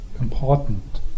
important